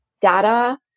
data